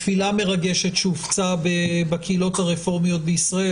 מרגשת שהופצה בקהילות הרפורמיות בישראל,